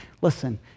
Listen